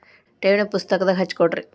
ಠೇವಣಿ ಪುಸ್ತಕದಾಗ ಹಚ್ಚಿ ಕೊಡ್ರಿ